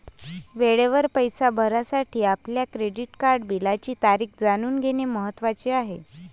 वेळेवर पैसे भरण्यासाठी आपल्या क्रेडिट कार्ड बिलाची तारीख जाणून घेणे महत्वाचे आहे